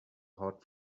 hot